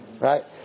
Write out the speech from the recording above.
right